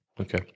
Okay